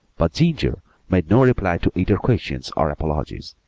but ginger made no reply to either questions or apologies.